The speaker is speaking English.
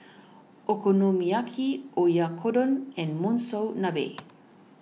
Okonomiyaki Oyakodon and Monsunabe